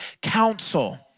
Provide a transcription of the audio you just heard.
counsel